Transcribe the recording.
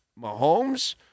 Mahomes